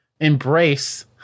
embrace